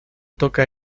toca